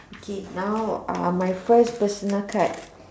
okay now um my first personal card